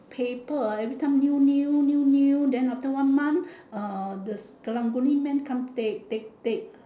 paper ah every time new new new new then after one month uh the karang-guni man come take take take